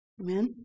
Amen